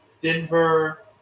Denver